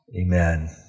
amen